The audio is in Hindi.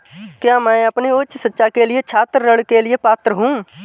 क्या मैं अपनी उच्च शिक्षा के लिए छात्र ऋण के लिए पात्र हूँ?